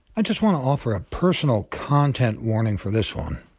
i just want to offer a personal content warning for this one.